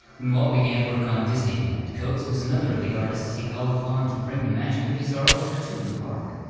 when walt began work on disneyland, coats was another of the artists he called upon to bring the magic of his artwork to the park.